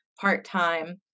part-time